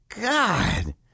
God